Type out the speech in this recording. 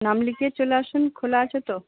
নাম লিখিয়ে চলে আসুন খোলা আছে তো